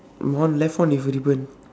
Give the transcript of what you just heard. my one left one with a ribbon